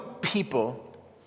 people